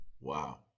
Wow